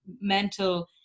mental